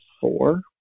four